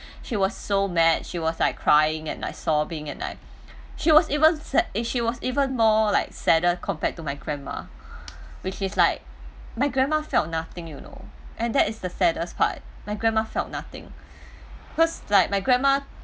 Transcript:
she was so mad she was like crying and like sobbing and like she was even sad she was even more like sadder compared to my grandma which is like my grandma felt nothing you know and that is the saddest part my grandma felt nothing cause like my grandma